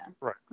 Right